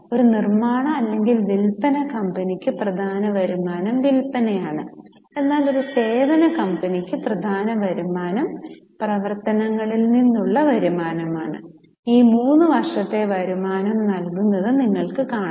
ഒരു നിർമ്മാണ അല്ലെങ്കിൽ വിൽപ്പന കമ്പനിക്ക് പ്രധാന വരുമാനം വിൽപ്പനയാണ് എന്നാൽ ഒരു സേവന കമ്പനിക്ക് പ്രധാന വരുമാനം പ്രവർത്തനങ്ങളിൽ നിന്നുള്ള വരുമാനമാണ് ഈ 3 വർഷത്തെ വരുമാനം നൽകുന്നത് നിങ്ങൾക്ക് കാണാം